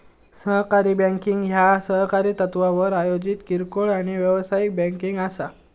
सहकारी बँकिंग ह्या सहकारी तत्त्वावर आयोजित किरकोळ आणि व्यावसायिक बँकिंग असा